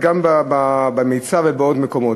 וגם במיצ"ב ובעוד מקומות.